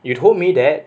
you told me that